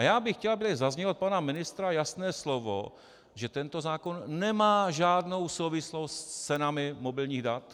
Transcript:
Já bych chtěl, aby tady zaznělo od pana ministra jasné slovo, že tento zákon nemá žádnou souvislost s cenami mobilních dat.